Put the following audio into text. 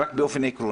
אם אתה מאפשר שיח כזה.